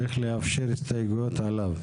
צריך לאפשר הסתייגויות עליו.